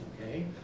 okay